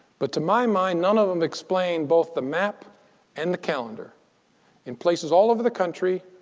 but to my mind, none of them explain both the map and the calendar in places all over the country,